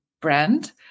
brand